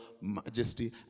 majesty